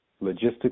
logistics